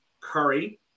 Curry